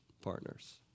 partners